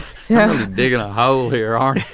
so digging a hole here are you.